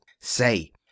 Say